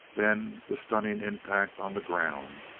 then the stunning impact on the ground.